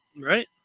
Right